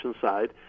side